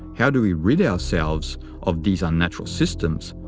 how do we rid ourselves of these unnatural systems,